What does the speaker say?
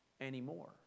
anymore